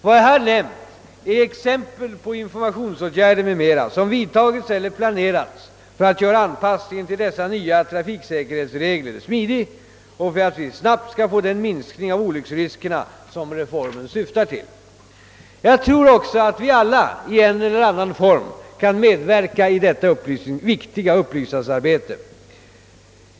Vad jag här nämnt är exempel på informationsåtgärder m.m. som vidtagits eller planerats för att göra anpassningen till dessa nya trafiksäkerhetsregler smidig och för att vi snabbt skall få den minskning av olycksriskerna som reformen syftar till. Jag tror också att vi alla i en eller annan form kan medverka i detta viktiga upplysningsarbete.